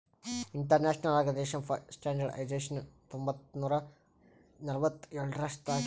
international organization for standardization ಹತ್ತೊಂಬತ್ ನೂರಾ ನಲ್ವತ್ತ್ ಎಳುರ್ನಾಗ್ ಆಗ್ಯಾದ್